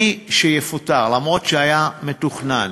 מי שיפוטר, אף-על-פי שהיה מתוכנן,